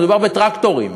מדובר בטרקטורים.